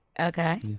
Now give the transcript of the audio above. Okay